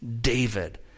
David